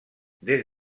des